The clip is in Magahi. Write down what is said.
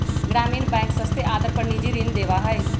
ग्रामीण बैंक सस्ते आदर पर निजी ऋण देवा हई